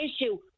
issue